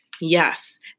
Yes